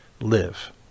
live